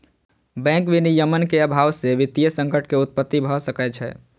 bank विनियमन के अभाव से वित्तीय संकट के उत्पत्ति भ सकै छै